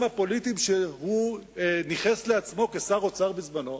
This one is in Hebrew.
הפוליטיים שהוא ניכס לעצמו כשר אוצר בזמנו,